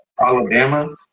Alabama